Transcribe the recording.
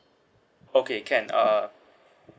okay can uh